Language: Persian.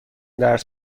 درس